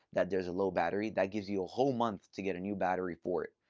that there's a low battery. that gives you a whole month to get a new battery for it.